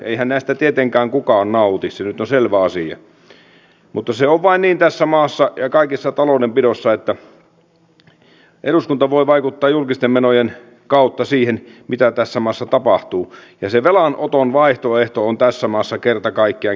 eihän näistä tietenkään kukaan nauti se nyt on selvä asia mutta se on vain niin tässä maassa ja kaikessa taloudenpidossa että eduskunta voi vaikuttaa julkisten menojen kautta siihen mitä tässä maassa tapahtuu ja se velanoton vaihtoehto on tässä maassa kerta kaikkiaan käyty loppuun